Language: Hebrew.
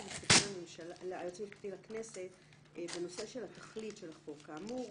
המשפטי לכנסת בנושא של התכלית לחוק כאמור,